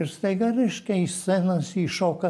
ir staiga reiškia iš scenos įšoka